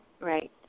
Right